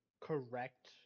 correct